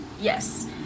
Yes